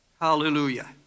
Hallelujah